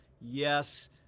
Yes